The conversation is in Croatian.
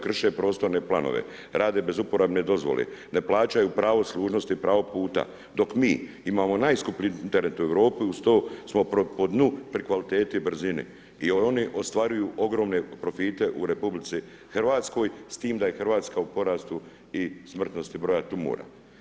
Krše prostorne planove, rade bez uporabne dozvole, ne plaćaju pravo služnosti, pravo puta, dok mi, imamo najskuplji Internet u Europi, uz to smo pri dnu po kvaliteti i brzini jer oni ostvaruju ogromne profite u RH, s tim da je RH u porastu i smrtnosti broja tumora.